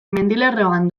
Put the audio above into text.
mendilerroan